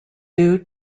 due